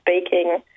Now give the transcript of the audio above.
speaking